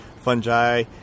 fungi